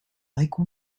like